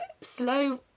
slow